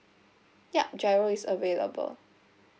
yup GIRO is available